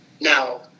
now